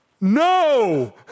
no